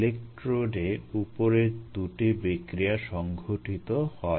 ইলেকট্রোডে উপরের দুটি বিক্রিয়া সংঘটিত হয়